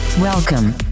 Welcome